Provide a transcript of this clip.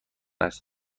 است